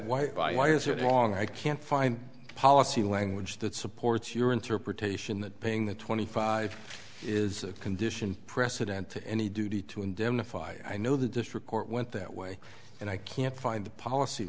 by why is it wrong i can't find a policy language that supports your interpretation that paying the twenty five is a condition precedent to any duty to indemnify i know the district court went that way and i can't find the policy